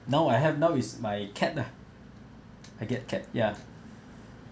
now I have now is my cat ah I get cat ya